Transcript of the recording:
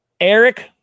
Eric